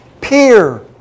peer